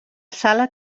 sala